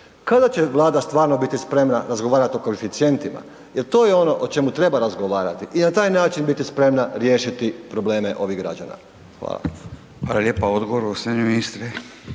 Kada će Vlada stvarno biti spremna razgovarati o koeficijentima jel to je ono o čemu treba razgovarati i na taj način biti spremna riješiti probleme ovih građana. Hvala. **Radin, Furio (Nezavisni)**